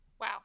Wow